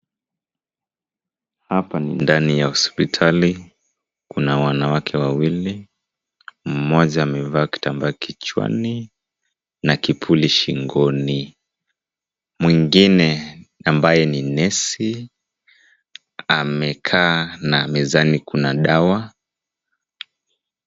Hapa ni ndani ya hospitali. Kuna wanawake wawili. Mmoja amevaa kitambaa kichwani na kipuli shingoni. Mwingine ambaye ni nesi amekaa na mezani kuna dawa.